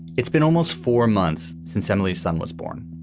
it's been almost four months since emily's son was born.